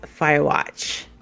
firewatch